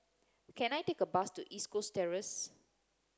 can I take a bus to East Coast Terrace